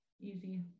easy